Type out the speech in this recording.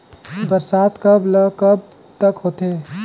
बरसात कब ल कब तक होथे?